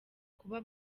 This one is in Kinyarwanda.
kuba